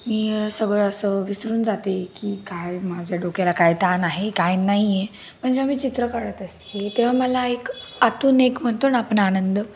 मी सगळं असं विसरून जाते की काय माझ्या डोक्याला काय ताण आहे काय नाही आहे पण जेव्हा मी चित्र काढत असते तेव्हा मला एक आतून एक म्हणतो ना आपण आनंद